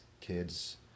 kids